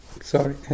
sorry